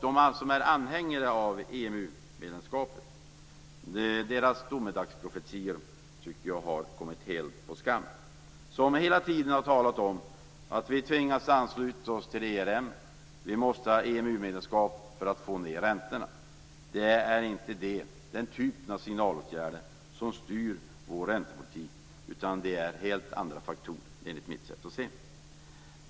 EMU anhängarnas domedagsprofetior har kommit helt på skam. De har hela tiden talat om att vi tvingas att ansluta oss till ERM och att vi måste ha EMU medlemskap för att få ned räntorna. Det är inte den typen av signalåtgärder som styr vår räntepolitik, utan det är helt andra faktorer, enligt mitt sätt att se.